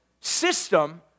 system